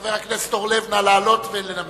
חבר הכנסת אורלב, נא לעלות ולנמק.